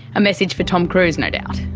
a message for tom cruise, no doubt.